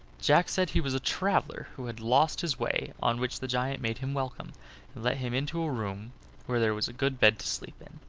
jack said he was a traveler who had lost his way, on which the giant made him welcome, and let him into a room where there was a good bed to sleep in.